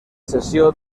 cessió